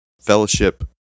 Fellowship